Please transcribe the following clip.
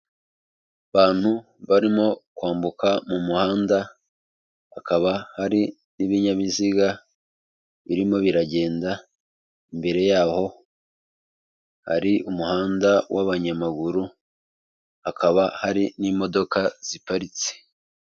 Abantu barimo kwambuka mu umuhanda, hakaba hari n'ibinyabiziga birimo biragenda, imbere y'aho hari umuhanda w'abanyamaguru hakaba hari n'imodoka ziparitse.